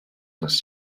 les